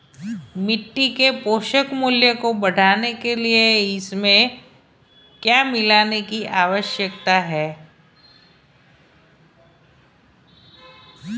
मिट्टी के पोषक मूल्य को बढ़ाने के लिए उसमें क्या मिलाने की आवश्यकता है?